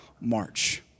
march